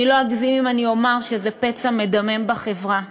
אני לא אגזים אם אני אומר שזה פצע מדמם בחברה,